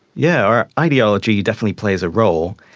yeah our ideology definitely plays a role,